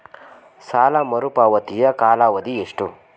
ಸಾಲ ಮರುಪಾವತಿಯ ಕಾಲಾವಧಿ ಎಷ್ಟು?